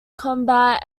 combat